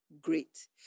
great